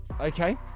Okay